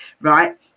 right